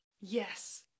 Yes